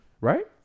right